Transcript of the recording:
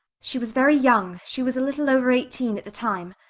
she was very young, she was little over eighteen at the time.